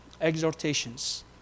exhortations